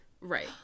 Right